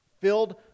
filled